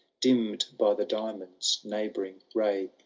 dimmed by the diamond s neighbouring ray,